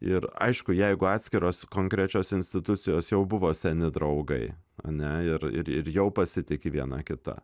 ir aišku jeigu atskiros konkrečios institucijos jau buvo seni draugai a ne ir ir ir jau pasitiki viena kita